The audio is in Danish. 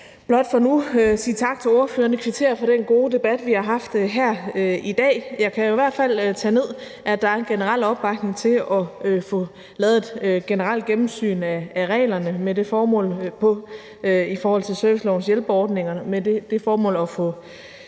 blot for nu sige tak til ordførerne, kvittere for den gode debat, vi har haft her i dag. Jeg kan jo i hvert fald tage ned, at der er en generel opbakning til at få lavet et generelt gennemsyn af reglerne i forhold til servicelovens hjælpeordninger